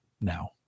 now